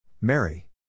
Mary